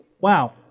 Wow